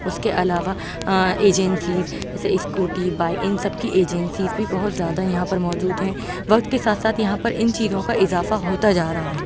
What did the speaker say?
اس کے علاوہ ایجنسیز جیسے اسکوٹی بائیک ان سب کی ایجنسیز بھی بہت زیادہ ہیں یہاں پر موجود ہیں وقت کے ساتھ ساتھ یہاں پر ان چیزوں کا اضافہ ہوتا جا رہا ہے